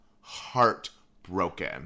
Heartbroken